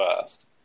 first